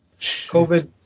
COVID